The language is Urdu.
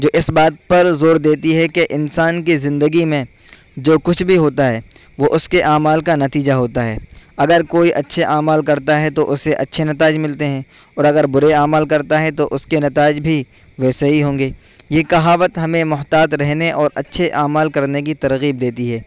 جو اس بات پر زور دیتی ہے کہ انسان کی زندگی میں جو کچھ بھی ہوتا ہے وہ اس کے اعمال کا نتیجہ ہوتا ہے اگر کوئی اچھے اعمال کرتا ہے تو اسے اچھے نتائج ملتے ہیں اور اگر برے اعمال کرتا ہے تو اس کے نتائج بھی ویسے ہی ہوں گے یہ کہاوت ہمیں محتاط رہنے اور اچھے اعمال کرنے کی ترغیب دیتی ہے